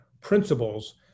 principles